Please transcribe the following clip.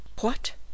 What